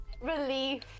Relief